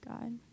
God